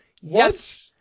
Yes